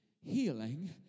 healing